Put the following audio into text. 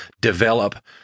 develop